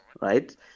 right